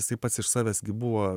jisai pats iš savęs gi buvo